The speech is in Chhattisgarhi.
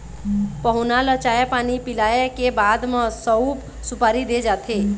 पहुना ल चाय पानी पिलाए के बाद म सउफ, सुपारी दे जाथे